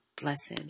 Blessed